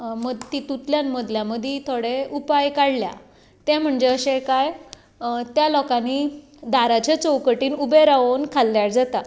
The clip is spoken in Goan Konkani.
तितुतल्यान मदल्या मदी थोडे उपाय काडल्या ते म्हणजे अशें काय त्या लोकांनी दाराच्या चवकटीन उबें रावन खाल्यार जाता